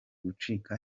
gucika